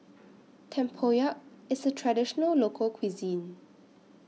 Tempoyak IS A Traditional Local Cuisine